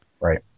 Right